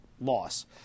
loss